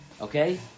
okay